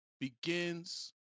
begins